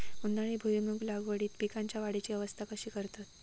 उन्हाळी भुईमूग लागवडीत पीकांच्या वाढीची अवस्था कशी करतत?